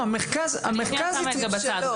אני שנייה שמה את זה בצד.